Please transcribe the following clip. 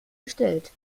bestellt